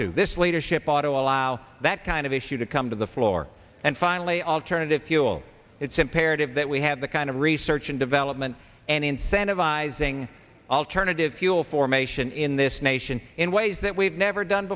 to this leadership auto allow that kind of issue to come to the floor and finally alternative fuel it's imperative that we have the kind of research and development and incentivizing alternative fuel formation in this nation in ways that we've never done